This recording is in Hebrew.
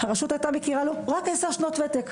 הרשות היתה מכירה לו רק עשר שנות ותק.